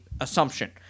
assumption